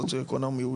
סוציו-אקונומי,